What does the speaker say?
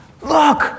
look